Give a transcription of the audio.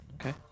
Okay